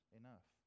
enough